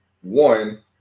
one